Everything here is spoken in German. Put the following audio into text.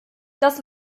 das